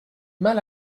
mal